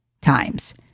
times